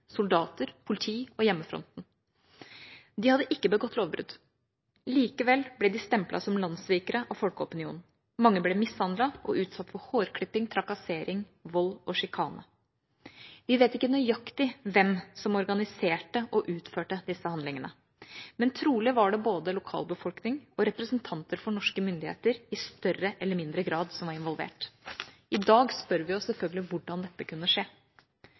soldater, politi og Hjemmefronten. De hadde ikke begått lovbrudd. Likevel ble de stemplet som landssvikere av folkeopinionen. Mange ble mishandlet og utsatt for hårklipping, trakassering, vold og sjikane. Vi vet ikke nøyaktig hvem som organiserte og utførte disse handlingene, men trolig var både lokalbefolkning og representanter for norske myndigheter involvert i større eller mindre grad. I dag spør vi oss selvfølgelig hvordan dette kunne skje.